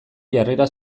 jarrera